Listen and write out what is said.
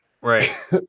right